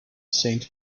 saint